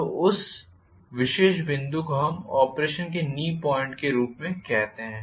तो उस विशेष बिंदु को हम ऑपरेशन के नी बिंदु के रूप में कहते हैं